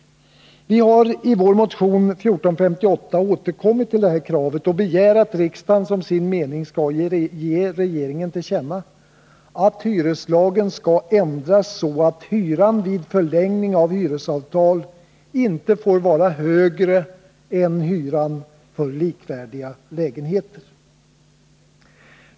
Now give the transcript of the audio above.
Vi har i vår motion 1458 återkommit till detta krav och begär att riksdagen som sin mening skall ge regeringen till känna att hyreslagen skall ändras så att hyran vid förlängning av hyresavtal inte får vara högre än hyran för likvärdiga lägenheter.